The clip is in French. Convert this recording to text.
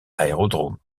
aérodromes